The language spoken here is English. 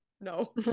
No